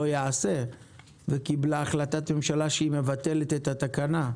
יעשה וקיבלה החלטה שהיא מבטלת את התקנה.